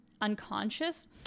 unconscious